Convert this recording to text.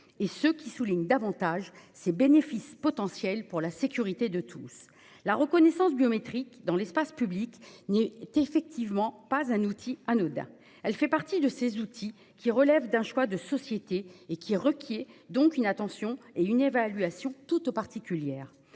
et ceux qui soulignent davantage ses bénéfices potentiels pour la sécurité de tous. La reconnaissance biométrique dans l'espace public n'est effectivement pas un dispositif anodin. Elle fait partie de ces outils qui relèvent d'un choix de société et qui requièrent donc une attention et une évaluation toutes particulières.